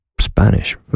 Spanish